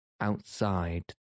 outside